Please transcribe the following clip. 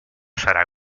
serà